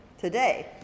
today